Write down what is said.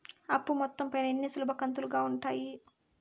అప్పు మొత్తం పైన ఎన్ని సులభ కంతులుగా ఉంటాయి?